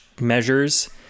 measures